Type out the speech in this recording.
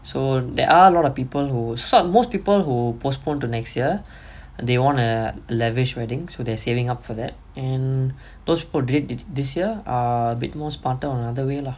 so there are a lot of people who sort most people who postponed to next year they want a lavish wedding so they're saving up for that and those who did this year err bit mores part a other way lah